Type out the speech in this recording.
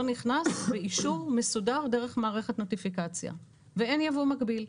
נכנס באישור מסודר דרך מערכת נוטיפיקציה ואין יבוא מקביל.